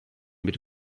bir